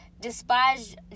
despised